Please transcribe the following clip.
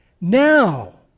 Now